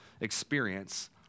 experience